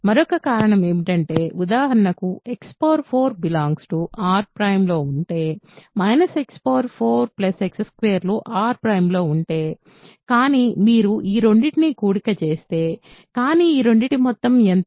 మరొక కారణం ఏమిటంటే ఉదాహరణకు x 4 R ′ ఉంటే x 4 x 2 లు R ′ లో ఉంటే కానీ మీరు ఈ రెండింటిని కూడిక చేస్తే కానీ ఈ రెండింటి మొత్తం ఎంత